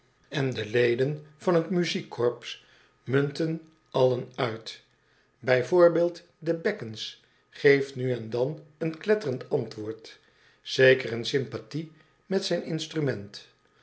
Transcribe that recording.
en de leden van het muziekkorps munten allen uit bij voorbeeld de bekkens geeft nu en dan een kletterend antwoord zeker in sympathie met zijn instrument